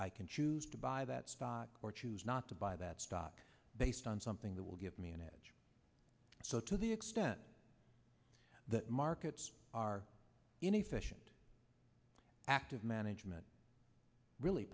i can choose to buy that stock or choose not to buy that stock based on something that will give me an edge so to the extent that markets are inefficient active management really